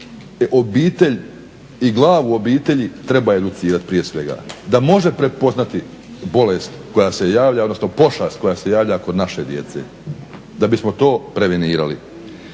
obitelj i glavu obitelji treba educirati prije svega da može prepoznati bolest koja se javlja, odnosno pošast koja se javlja kod naše djece, da bi smo to prevenirali.